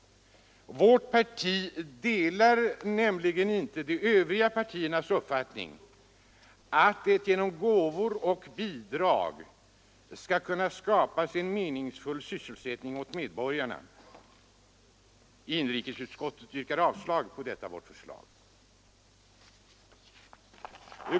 Vårt parti delar nämligen inte de övriga partiernas uppfattning att det genom gåvor och bidrag skall kunna skapas en meningsfull sysselsättning åt medborgarna. Inrikesutskottet yrkar avslag på detta vårt förslag.